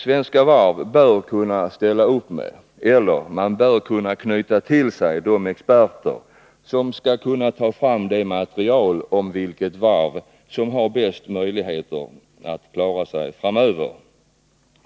Svenska Varv bör kunna ställa upp med eller knyta till sig de experter som kan ta fram material om vilket varv som har bäst möjligheter att klara sig framöver.